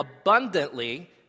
abundantly